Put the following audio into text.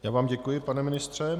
Já vám děkuji, pane ministře.